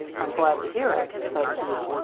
i'm glad to hear it, said he,